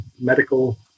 medical